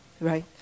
right